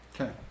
Okay